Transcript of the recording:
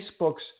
Facebook's